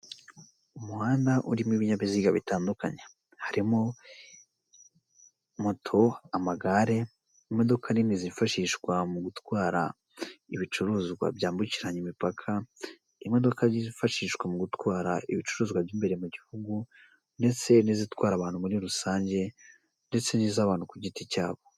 Umuhanda urimo ibinyabiziga bitandukanye, harimo moto, amagare. imodoka nini zifashishwa mu gutwara ibicuruzwa byambukiranya imipaka, imodoka zifashishwa mu gutwara ibicuruzwa by'imbere mu gihugu ndetse n'izitwara abantu muri rusange ndetse n'iz'abantu ku giti cyabo.